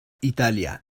italia